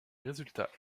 résultats